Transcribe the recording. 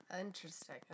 Interesting